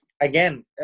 again